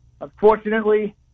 unfortunately